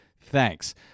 Thanks